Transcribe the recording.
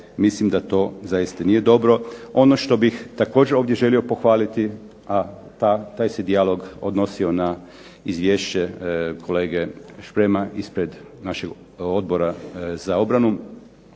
mislim da to zaista nije dobro. Ono što bih također ovdje želio pohvaliti, a taj se dijalog odnosio na izvješće kolege Šprema ispred našeg Odbora za obranu,